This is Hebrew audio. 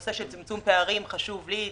נושא של צמצום פערים דיגיטליים חשוב לי.